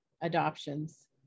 adoptions